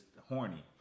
horny